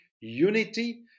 unity